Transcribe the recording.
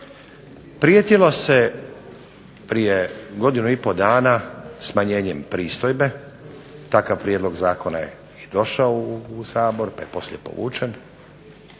Prijetilo se, prije godinu i pol dana smanjenjem pristojbe, takav prijedlog zakona je i došao u Sabor, pa je poslije povučen,